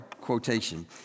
quotation